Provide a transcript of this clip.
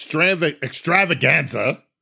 extravaganza